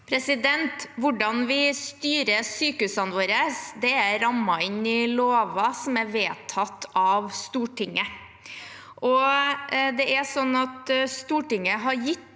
Hvordan vi sty- rer sykehusene våre, er rammet inn i lover som er vedtatt av Stortinget. Stortinget har